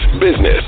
business